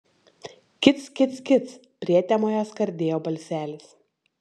kic kic kic prietemoje skardėjo balselis